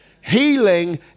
Healing